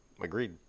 Agreed